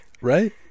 Right